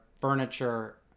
furniture